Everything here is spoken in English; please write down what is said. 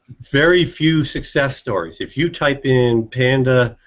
very few success stories. if you type in panda